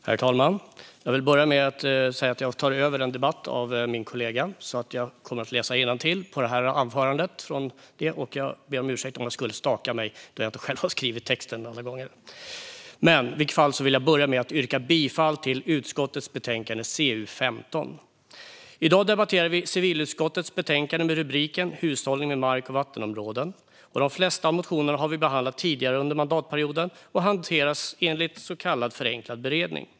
Herr talman! Jag vill börja med att yrka bifall till utskottets förslag i betänkandet 2019/20:CU15 Hushållningen med mark och vattenområden . De flesta av motionerna har vi behandlat tidigare under mandatperioden och hanterat enligt så kallad förenklad beredning.